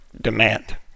demand